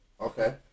Okay